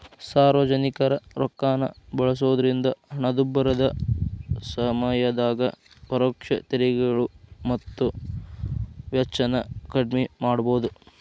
ಸಾರ್ವಜನಿಕರ ರೊಕ್ಕಾನ ಬಳಸೋದ್ರಿಂದ ಹಣದುಬ್ಬರದ ಸಮಯದಾಗ ಪರೋಕ್ಷ ತೆರಿಗೆಗಳು ಮತ್ತ ವೆಚ್ಚನ ಕಡ್ಮಿ ಮಾಡಬೋದು